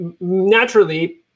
naturally